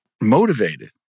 motivated